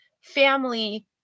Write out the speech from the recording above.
family